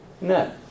No